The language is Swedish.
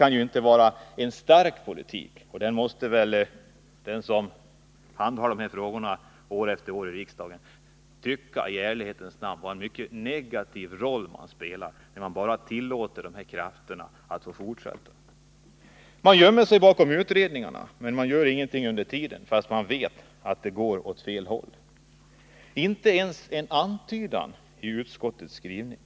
Det kan inte vara en stark politik, och de som handhar dessa frågor i riksdagen år efter år måste väl i ärlighetens namn tycka att de spelar en mycket negativ roll när de tillåter de här krafterna att fortsätta verka. Man gömmer sig bakom utredningarna, men man gör ingenting under den tid de arbetar — fastän man vet att utvecklingen går åt fel håll. Det finns inte ens en antydan om det i utskottets skrivning.